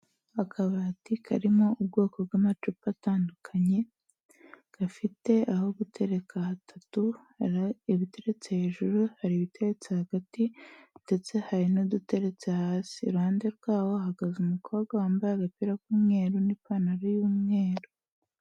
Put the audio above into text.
Akabati karimo ubwoko bw'amacupa atandukanye, gafite aho gutereka hatatu, ibiteretse hejuru, hari ibiteretse hagati ndetse hari n'uduteretse hasi. Iruhande rwaho hahagaze umukobwa wambaye agapira k'umweru n'ipantaro y'umweru.